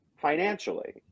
financially